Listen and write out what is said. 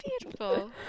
beautiful